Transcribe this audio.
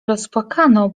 rozpłakaną